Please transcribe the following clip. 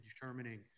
determining